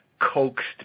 coaxed